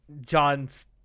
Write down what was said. John's